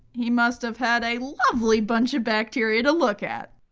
he must have had a lovely bunch of bacteria to look at.